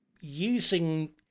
using